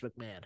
McMahon